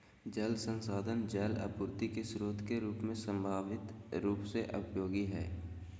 जल संसाधन जल आपूर्ति के स्रोत के रूप में संभावित रूप से उपयोगी हइ